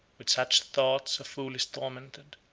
with such thoughts a fool is tormented.